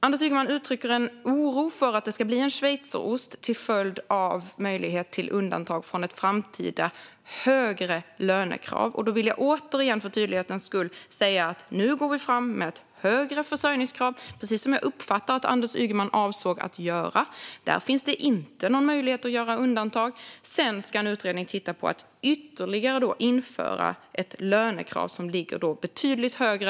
Anders Ygeman uttrycker en oro för att det ska bli en schweizerost till följd av möjlighet till undantag från ett framtida högre lönekrav. Jag vill återigen för tydlighetens skull säga att vi nu går fram med ett högre försörjningskrav, precis som jag uppfattade att Anders Ygeman avsåg att göra. Där finns det inte någon möjlighet att göra undantag. Sedan ska en utredning titta på att ytterligare införa ett lönekrav som ligger betydligt högre.